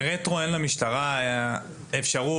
שרטרו אין למשטרה אפשרות,